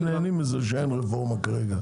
אתם נהנים מזה שאין רפורמה כרגע.